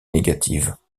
négatives